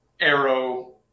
arrow